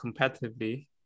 competitively